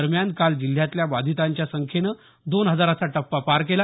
दरम्यान काल जिल्ह्यातल्या बाधितांच्या संख्येनं दोन हजाराचा टप्पा पार केला